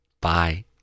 Bye